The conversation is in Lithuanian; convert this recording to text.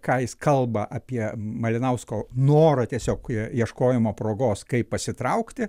ką jis kalba apie malinausko norą tiesiog ieškojimo progos kaip pasitraukti